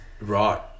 Right